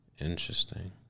Interesting